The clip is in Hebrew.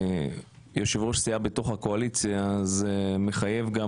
יושב-ראש סיעה בתוך הקואליציה זה מחייב גם